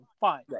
Fine